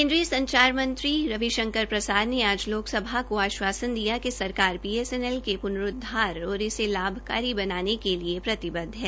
केन्द्रीय संचार मंत्री रविशंकर प्रसाद ने आज लोकसभा को आश्वासन दिया कि सरकारी बीएनएनएल पुर्नऊधार और इसे लाभाकारी बनाने के लिए प्रतिबद्व है